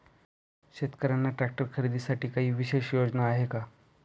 शेतकऱ्यांना ट्रॅक्टर खरीदीसाठी काही विशेष योजना आहे का?